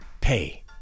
pay